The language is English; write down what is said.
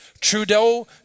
Trudeau